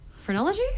Phrenology